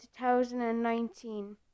2019